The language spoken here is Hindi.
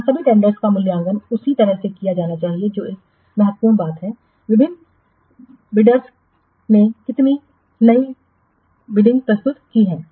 यहाँ सभी टेंडरस का मूल्यांकन उसी तरह से किया जाना चाहिए जो एक महत्वपूर्ण बात है विभिन्न बोलीदाताओं ने कितनी निविदाएँ प्रस्तुत की हैं